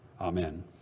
Amen